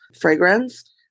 fragrance